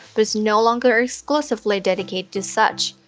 but it's no longer exclusively dedicated to such.